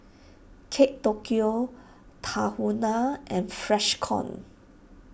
Kate Tokyo Tahuna and Freshkon